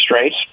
rates